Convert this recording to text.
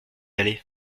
aller